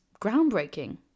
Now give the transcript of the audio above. groundbreaking